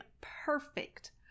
perfect